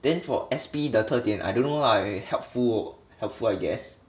then for S_P 特点 dian I don't know lah helpful helpful I guess